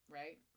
right